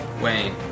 Wayne